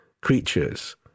creatures